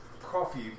coffee